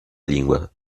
língua